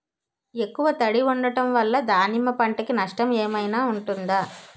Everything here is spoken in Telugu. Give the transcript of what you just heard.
ఎక్కువ తడి ఉండడం వల్ల దానిమ్మ పంట కి నష్టం ఏమైనా ఉంటుందా?